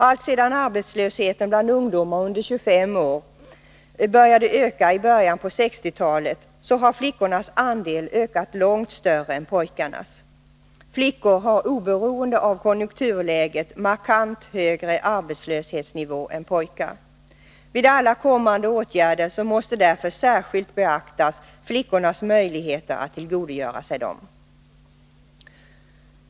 Alltsedan arbetslösheten bland ungdomar under 25 år började öka i början av 1960-talet har flickornas andel ökat långt mer än pojkarnas. Flickor har oberoende av konjunkturläget markant högre arbetslöshetsnivå än pojkar. Vid alla kommande åtgärder måste därför särskilt beaktas flickornas möjligheter att tillgodogöra sig dem.